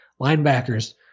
Linebackers